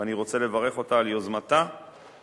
ואני רוצה לברך אותה על יוזמתה ועל